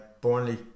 Burnley